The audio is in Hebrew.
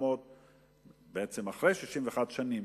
אחרי 61 שנים,